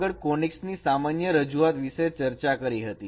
આગળ આપણે કોનીક્સ ની સામાન્ય રજૂઆત વિશે ચર્ચા કરી હતી